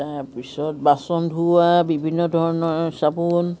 তাৰপিছত বাচোন ধোৱা বিভিন্ন ধৰণৰ চাবোন